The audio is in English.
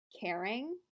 caring